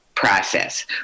process